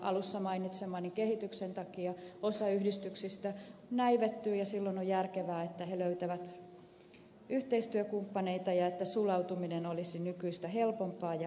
alussa mainitsemani kehityksen takia osa yhdistyksistä näivettyy ja silloin on järkevää että ne löytävät yhteistyökumppaneita ja että sulautuminen olisi nykyistä helpompaa ja halvempaa